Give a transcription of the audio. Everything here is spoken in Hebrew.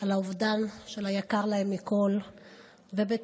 על האובדן של היקר להם מכול ובתפילה